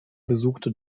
besuchte